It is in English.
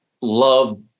love